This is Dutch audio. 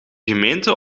gemeente